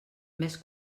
més